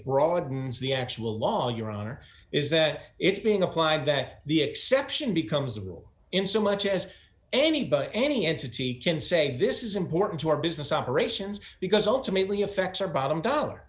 broadens the actual law your honor is that it's being applied that the exception becomes a rule in so much as anybody any entity can say this is important to our business operations because ultimately affects your bottom dollar